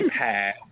iPad